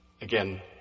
Again